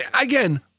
again